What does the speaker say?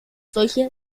solche